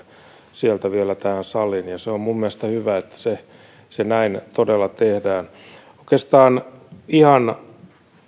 sieltä vielä tähän saliin se on minun mielestäni hyvä että se näin todella tehdään oikeastaan ihan